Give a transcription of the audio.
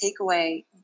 takeaway